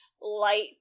light